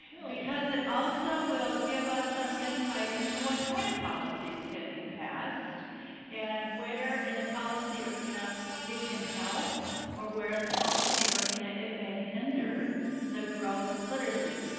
because it also will give us some insight into what kind of policies can be passed and where in the policy arena it can help or where in the policy arena it may hinder the growth of literacy.